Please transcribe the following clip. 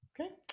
Okay